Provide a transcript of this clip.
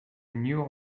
new